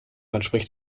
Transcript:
entspricht